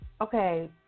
Okay